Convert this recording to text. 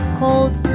called